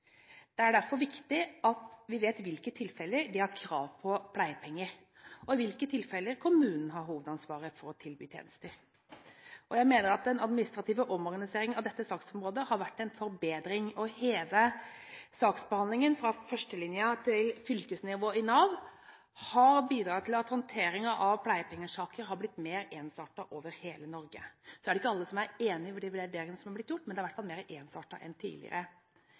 Det er derfor viktig at vi vet i hvilke tilfeller de har krav på pleiepenger, og i hvilke tilfeller kommunene har hovedansvaret for å tilby tjenester. Jeg mener at den administrative omorganiseringen av dette saksområdet har vært en forbedring. Å heve saksbehandlingen fra førstelinjen til fylkesnivå i Nav har bidratt til at håndteringen av pleiepengesaker har blitt mer ensartet over hele Norge. Så er det ikke alle som er enige i de vurderingene som er gjort, men det er i hvert fall mer ensartet enn tidligere.